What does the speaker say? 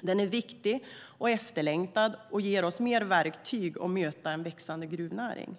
Den är viktig och efterlängtad och ger oss fler verktyg att möta en växande gruvnäring.